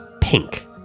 pink